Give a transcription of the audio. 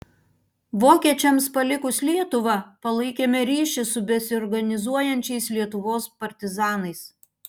vokiečiams palikus lietuvą palaikėme ryšį su besiorganizuojančiais lietuvos partizanais